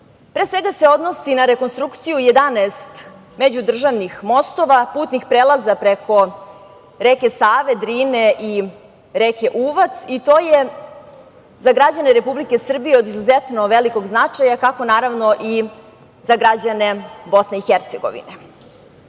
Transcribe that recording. pre svega se odnosi na rekonstrukciju 11 međudržavnih mostova, putnih prelaza preko reka Save, Drine i reke Uvac. To je za građane Republike Srbije od izuzetno velikog značaja, kao naravno i za građane BiH.To je